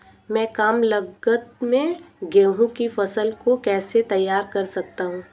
मैं कम लागत में गेहूँ की फसल को कैसे तैयार कर सकता हूँ?